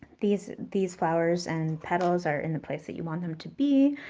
these these flowers and petals are in the place that you want them to be,